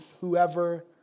whoever